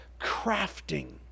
crafting